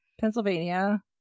pennsylvania